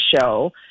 show